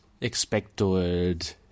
expected